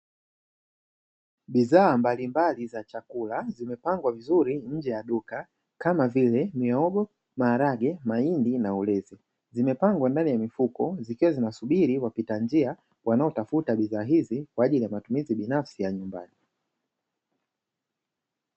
Bidhaa mbalimbali za chakula zimepangwa vizuri nje ya duka kama vile: mihogo, maharage, mahindi na ulezi, zimepangwa ndani ya mifuko zikiwa zinasubiri wapita njia wanaotafuta bidhaa hizi, kwa ajili ya matumizi binafsi ya nyumbani.